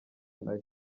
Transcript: nayo